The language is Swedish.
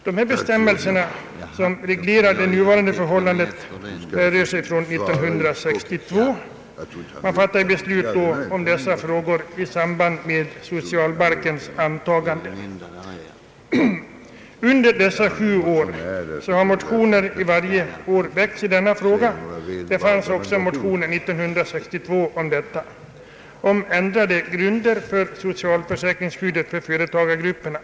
Herr talman! Andra lagutskottets utlåtande nr 6 tar upp frågan om socialförsäkringsskydd för företagare och Sedan dess har motioner i denna fråga väckts varje år. Det förelåg också motioner år 1962 om ändrade grunder för socialförsäkringsskyddet för företagargrupperna.